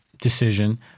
decision